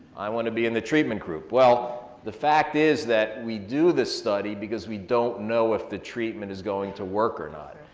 i wanna be in the treatment group. well the fact is that we do the study because we don't know if the treatment is going to work or not.